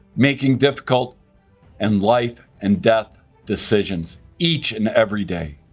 making difficult and life and death decisions each and every day,